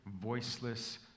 voiceless